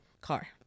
car